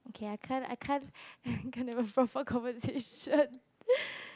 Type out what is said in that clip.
okay I can't I can't I can't have a proper conversation